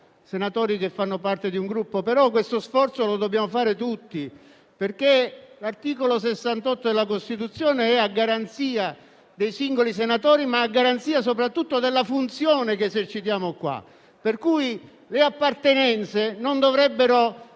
senatori che fanno parte di un Gruppo, però questo sforzo lo dobbiamo fare tutti perché l'articolo 68 della Costituzione è a garanzia dei singoli senatori, ma soprattutto della funzione che esercitiamo in questa sede. Pertanto, le appartenenze non dovrebbero